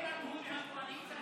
הם אמרו, מהקואליציה,